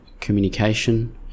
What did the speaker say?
communication